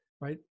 Right